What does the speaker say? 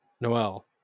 noel